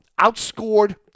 Outscored